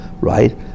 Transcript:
right